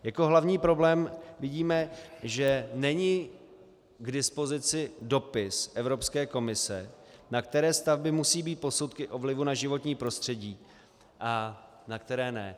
Jako hlavní problém vidíme, že není k dispozici dopis Evropské komise, na které stavby musí být posudky o vlivu na životní prostředí a na které ne.